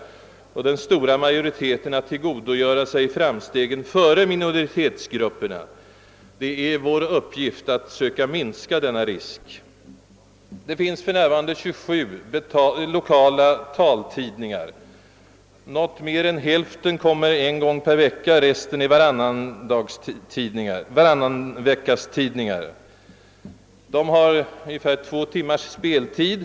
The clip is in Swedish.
Den stora majoriteten kommer att tillgodogöra sig framstegen före minoritetsgrupperna. Det är vår uppgift att söka minska denna risk. För närvarande finns det 27 lokala taltidningar. Något mer än hälften av dessa utkommer en gång per vecka — resten är varannanveckastidningar. De har ungefär två timmars speltid.